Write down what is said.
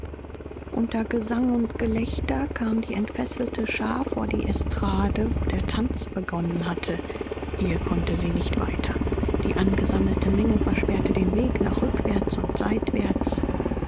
unter gesang und gelächter kam die entfesselte schar vor die estrade wo der tanz begonnen hatte hier konnte sie nicht weiter die angesammelte menge versperrte den weg nach rückwärts und seitwärts